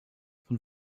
von